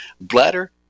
bladder